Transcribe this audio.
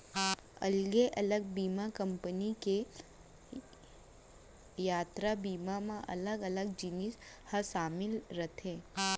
अलगे अलग बीमा कंपनी के यातरा बीमा म अलग अलग जिनिस ह सामिल रथे